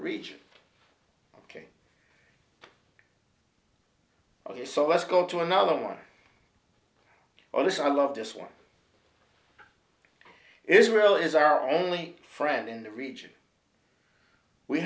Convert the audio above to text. region ok ok so let's go to another one on this i love this one israel is our only friend in the region we